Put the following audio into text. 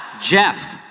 Jeff